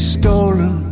stolen